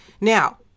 now